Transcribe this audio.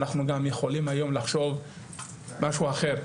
אנחנו גם יכולים היום לחשוב משהו אחר,